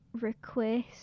request